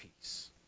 peace